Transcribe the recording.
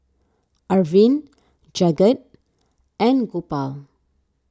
Arvind Jagat and Gopal